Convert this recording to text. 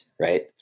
right